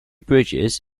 bridges